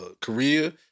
Korea